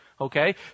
Okay